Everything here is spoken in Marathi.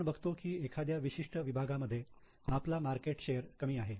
आपण बघतो की एखाद्या विशिष्ट विभागामधे आपला मार्केट शेअर कमी आहे